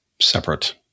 separate